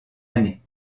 année